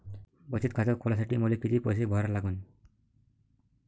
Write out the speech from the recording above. बचत खात खोलासाठी मले किती पैसे भरा लागन?